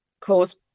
cause